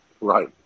Right